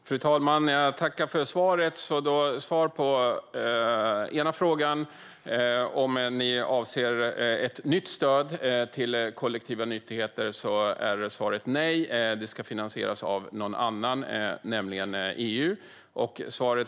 Fru talman! Jag tackar Lars Tysklind för svaren. På frågan om ni avser att ge nytt stöd till kollektiva nyttigheter är svaret nej, det ska finansieras av någon annan, nämligen EU.